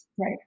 Right